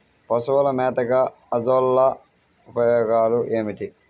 పశువుల మేతగా అజొల్ల ఉపయోగాలు ఏమిటి?